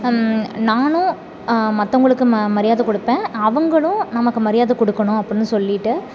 நானும் மற்றவுங்களுக்கு ம மரியாதை கொடுப்பேன் அவங்களும் நமக்கு மரியாதை கொடுக்கணும் அப்பிடின்னு சொல்லிட்டு